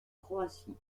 croatie